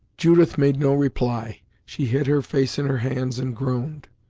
judith made no reply she hid her face in her hands and groaned.